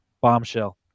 Bombshell